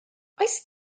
oes